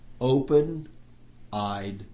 open-eyed